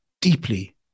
deeply